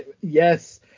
Yes